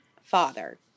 father